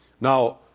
Now